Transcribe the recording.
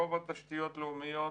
רוב התשתיות הלאומיות,